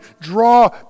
Draw